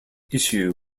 issue